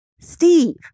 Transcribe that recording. Steve